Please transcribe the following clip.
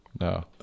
No